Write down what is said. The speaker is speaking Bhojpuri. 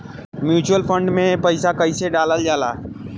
म्यूचुअल फंड मे पईसा कइसे डालल जाला?